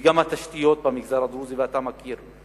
וגם התשתיות במגזר הדרוזי, אתה מכיר.